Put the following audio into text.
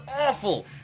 awful